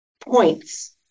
points